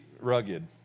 rugged